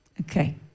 Okay